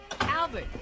Albert